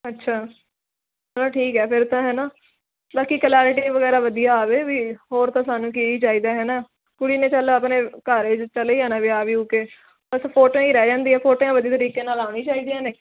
ਅੱਛਾ ਚਲੋ ਠੀਕ ਹੈ ਫਿਰ ਤਾਂ ਹੈ ਨਾ ਬਾਕੀ ਕਲੈਰਟੀ ਵਗੈਰਾ ਵਧੀਆ ਆਵੇ ਵੀ ਹੋਰ ਤਾਂ ਸਾਨੂੰ ਕੀ ਚਾਹੀਦਾ ਹੈ ਨਾ ਕੁੜੀ ਨੇ ਚਲ ਆਪਣੇ ਘਰ ਚਲੇ ਜਾਣਾ ਵਿਆਹ ਵਿਹੁਅ ਕੇ ਬਸ ਫੋਟੋਆਂ ਹੀ ਰਹਿ ਜਾਂਦੀਆਂ ਫੋਟੋਆਂ ਵਧੀਆ ਤਰੀਕੇ ਨਾਲ ਆਉਣੀ ਚਾਹੀਦੀਆਂ ਨੇ